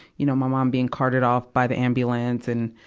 you know, my mom being carted off by the ambulance and,